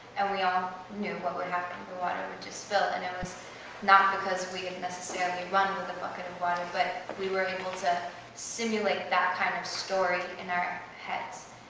and we all knew what would happen. the water would just spill. and it was not because we had necessarily run with a bucket of water, but we were able to simulate that kind of story in our heads.